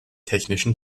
technischen